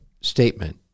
statement